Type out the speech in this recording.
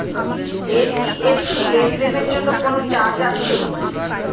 NEFT লেনদেনের জন্য কোন চার্জ আছে?